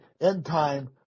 end-time